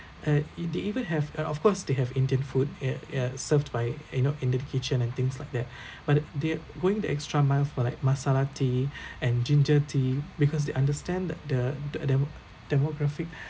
uh it they even have uh of course they have indian food uh uh served by you know indian kitchen and things like that but the they're going the extra mile for like masala tea and ginger tea because they understand the the the demo demographic